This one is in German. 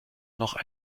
noch